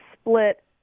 split